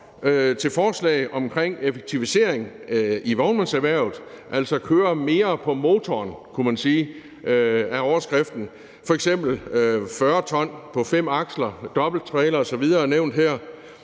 forslag om effektivisering i vognmandserhvervet, og man kunne sige, at det at køre mere på motoren er overskriften, f.eks. 40 t på 5 aksler; dobbelttrailer osv. er nævnt her;